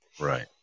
right